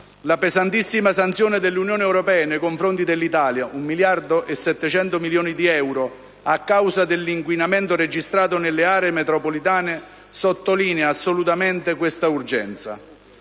la pesantissima sanzione dell'Unione europea nei confronti dell'Italia - un miliardo e 700 milioni di euro - a causa dell'inquinamento registrato nelle aree metropolitane sottolinea assolutamente questa urgenza.